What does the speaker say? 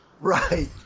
Right